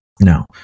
Now